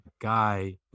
guy